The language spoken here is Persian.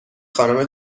خانم